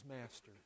master